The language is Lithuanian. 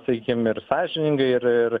sakykim ir sąžiningai ir ir